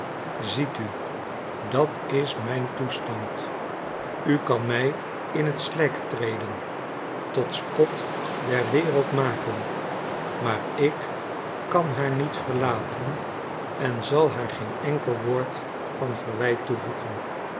ziet u dat is mijn toestand u kan mij in het slijk treden tot spot der wereld maken maar ik kan haar niet verlaten en zal haar geen enkel woord van verwijt toevoegen